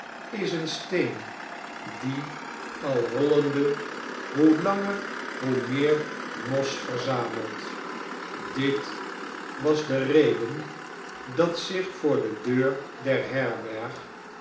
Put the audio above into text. is een steen die al rollende hoe langer hoe meer mos verzamelt dit was de reden dat zich voor de deur der herberg